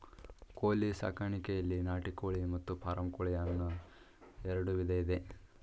ಕೋಳಿ ಸಾಕಾಣಿಕೆಯಲ್ಲಿ ನಾಟಿ ಕೋಳಿ ಮತ್ತು ಫಾರಂ ಕೋಳಿ ಅನ್ನೂ ಎರಡು ವಿಧ ಇದೆ